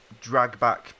drag-back